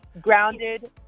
Grounded